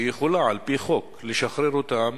והיא יכולה על-פי חוק לשחרר אותם